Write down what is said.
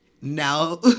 now